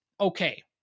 okay